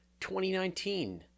2019